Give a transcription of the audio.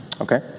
Okay